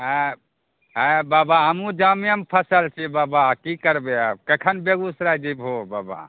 हैं हैं बाबा हम्हुँ जामेमे फसल छियै बाबा कि करबे आब कखन बेगूसराय जेभो बाबा